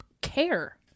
care